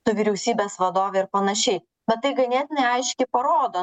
su vyriausybės vadove ir panašiai bet tai ganėtinai aiškiai parodo